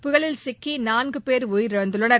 புயலில் சிக்கி நான்கு பேர் உயிரிழந்தனர்